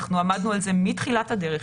אנחנו עמדנו על זה מתחילת הדרך,